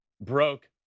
broke